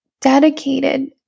dedicated